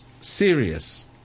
serious